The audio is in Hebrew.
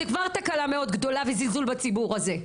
כבר תקלה מאוד גדולה וזלזול בציבור הזה.